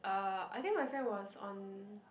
uh I think my friend was on